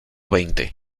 veinte